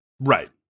Right